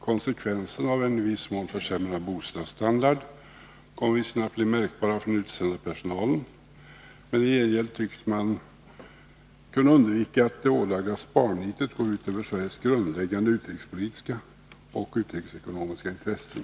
Konsekvenserna av en i viss mån försämrad bostadsstandard kommer visserligen att bli märkbara för den utsända personalen, men i gengäld tycks man kunna undvika att det ålagda sparnitet går ut över Sveriges grundläggande utrikespolitiska och utrikesekonomiska intressen.